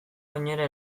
oinera